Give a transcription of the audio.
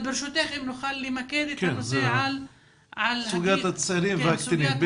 ברשותך, אם נוכל למקד את הנושא על הגיל הצעיר.